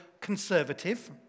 conservative